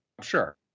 sure